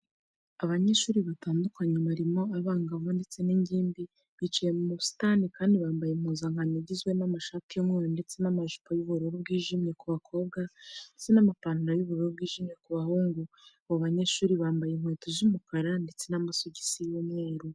Abanyeshuri batandukanye barimo abangavu ndetse n'ingimbi bicaye mu busitani kandi bambaye impuzankano igizwe n'amashati y'umweru ndetse n'amajipo y'ubururu bwijimye ku bakobwa ndetse n'amapantaro y'ubururu bwijimye ku bahungu. Abo banyeshuri bambaye inkweto z'umukara ndetse n'amasogisi y'umweru.